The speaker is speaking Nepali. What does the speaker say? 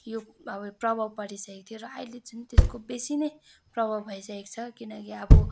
यो अब प्रभाव पारिसकेको थियो र अहिले चाहिँ त्यसको बेसी नै प्रभाव भइसकेको छ किनकि अब